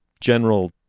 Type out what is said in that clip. general